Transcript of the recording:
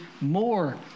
more